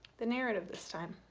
the narrative this time.